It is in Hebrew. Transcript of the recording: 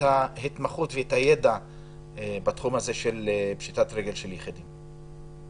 ההתמחות והידע בתחום של פשיטת רגל של יחידים.